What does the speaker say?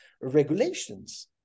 regulations